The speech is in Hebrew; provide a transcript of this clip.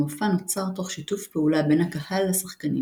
המופע נוצר תוך שיתוף פעולה בין הקהל לשחקנים